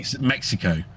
Mexico